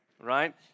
right